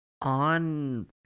On